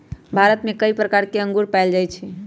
भारत में कई प्रकार के अंगूर पाएल जाई छई